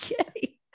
Okay